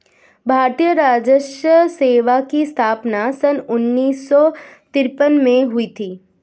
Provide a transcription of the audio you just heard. भारतीय राजस्व सेवा की स्थापना सन उन्नीस सौ तिरपन में हुई थी